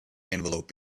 envelope